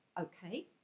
okay